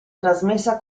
trasmessa